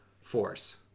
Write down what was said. force